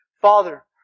Father